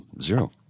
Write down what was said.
zero